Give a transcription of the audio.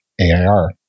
AIR